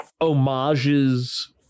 homages